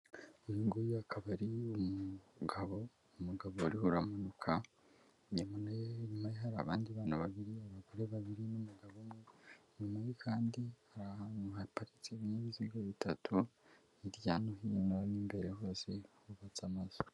Uyu nguyu akaba ari umugabo, umugabo urimo aramanuka, inyuma hari abandi bana babiri, abagore babiri n'umugabo umwe, inyuma ye kandi hari ahantu haparitse ibinyabiziga bitatu hirya no hino n'imbere hose hubatse amazu.